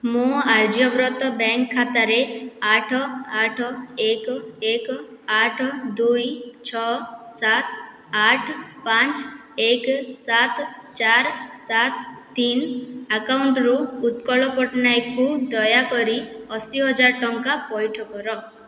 ମୋ ଆର୍ଯ୍ୟବ୍ରତ ବ୍ୟାଙ୍କ ଖାତାରେ ଆଠ ଆଠ ଏକ ଏକ ଆଠ ଦୁଇ ଛଅ ସାତ ଆଠ ପାଞ୍ଚ ଏକ ସାତ ଚାରି ସାତ ତିନି ଆକାଉଣ୍ଟରୁ ଉତ୍କଳ ପଟ୍ଟନାୟକକୁ ଦୟାକରି ଅଶୀ ହଜାର ଟଙ୍କା ପଇଠ କର